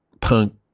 punk